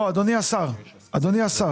בוא, אדוני השר, אדוני השר.